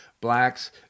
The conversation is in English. blacks